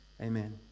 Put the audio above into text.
Amen